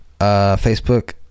Facebook